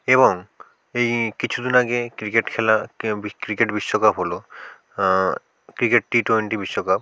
এবং এই কিছু দিন আগে ক্রিকেট খেলাকে ক্রিকেট বিশ্বকাপ হলো ক্রিকেট টি টোয়েন্টি বিশ্বকাপ